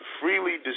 freely